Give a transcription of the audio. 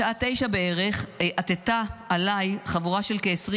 בשעה 21:00 בערך עטה עליי חבורה של כ-20